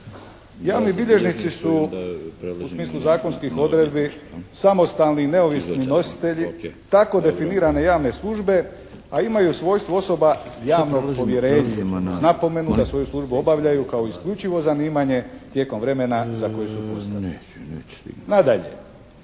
Javni bilježnici su u smislu zakonskih odredbi samostalni i neovisni nositelji tako definirane javne službe, a imaju svojstvo osoba javno povjerenje uz napomenu da svoju službu obavljaju kao isključivo zanimanje tijekom vremena za koje su postavljeni. Nadalje,